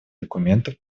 документов